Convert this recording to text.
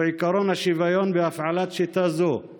הוא עקרון השוויון בהפעלת שיטה זו על